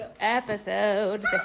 Episode